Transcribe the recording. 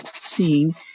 seeing